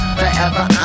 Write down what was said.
forever